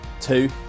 two